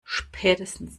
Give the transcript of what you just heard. spätestens